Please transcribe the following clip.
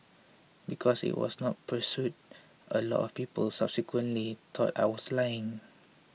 because it was not pursued a lot of people subsequently thought I was lying